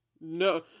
no